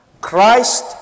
Christ